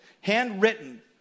handwritten